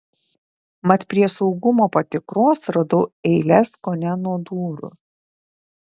mat prie saugumo patikros radau eiles kone nuo durų